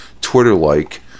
Twitter-like